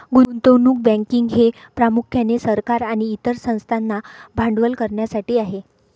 गुंतवणूक बँकिंग हे प्रामुख्याने सरकार आणि इतर संस्थांना भांडवल करण्यासाठी आहे